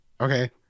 Okay